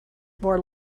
more